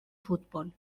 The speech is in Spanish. fútbol